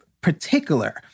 particular